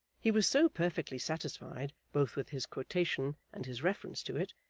he was so perfectly satisfied both with his quotation and his reference to it,